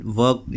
work